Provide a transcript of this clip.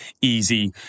Easy